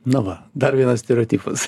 na va dar vienas stereotipas